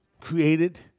created